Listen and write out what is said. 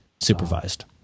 supervised